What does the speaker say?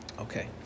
Okay